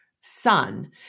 son